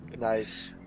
Nice